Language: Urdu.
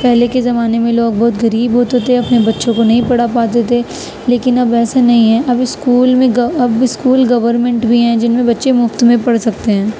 پہلے کے زمانے میں لوگ بہت غریب ہوتے تھے اپنے بچّوں کو نہیں پڑھا پاتے تھے لیکن اب ویسا نہیں ہے اب اسکول میں اب اسکول گورمنٹ بھی ہیں جن میں بچّے مفت میں پڑھ سکتے ہیں